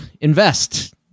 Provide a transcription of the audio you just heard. invest